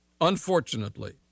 Unfortunately